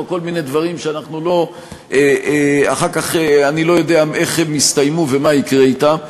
כל מיני דברים שאחר כך אני לא יודע איך הם יסתיימו ומה יקרה אתם,